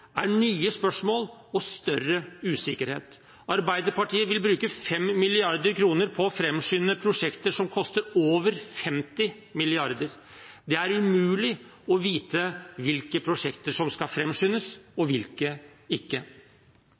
er nye spørsmål og større usikkerhet. Arbeiderpartiet vil bruke 5 mrd. kr på å framskynde prosjekter som koster over 50 mrd. kr. Det er umulig å vite hvilke prosjekter som skal framskyndes, og hvilke som ikke